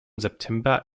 september